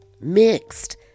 mixed